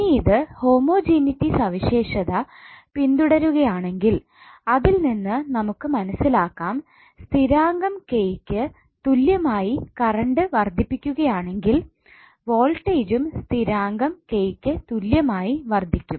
ഇനി ഇത് ഹോമജനീറ്റി സവിശേഷത പിന്തുടരുകയാണെങ്കിൽ അതിൽനിന്ന് നമുക്ക് മനസ്സിലാക്കാം സ്ഥിരാങ്കം K ക്ക് തുല്യമായി കറണ്ട് വർദ്ധിപ്പിക്കുകയാണെങ്കിൽ വോൾട്ടേജും സ്ഥിരാങ്കം K ക്ക് തുല്യമായി വർദ്ധിക്കും